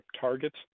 targets